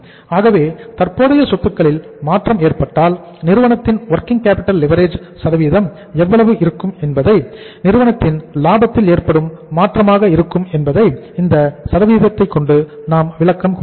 ஆகவே தற்போதைய சொத்துக்களில் மாற்றம் ஏற்பட்டால் நிறுவனத்தின் வொர்கிங் கேப்பிட்டல் லிவரேஜ் சதவீதம் எவ்வளவு அதிகமாக இருக்கும் என்பதை நிறுவனத்தின் லாபத்தில் ஏற்படும் மாற்றமாக இருக்கும் என்பதை இந்த சதவீதத்தை கொண்டு நாம் விளக்கம் கூறலாம்